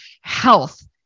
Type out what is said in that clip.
health